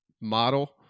model